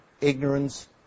ignorance